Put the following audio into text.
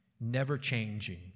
never-changing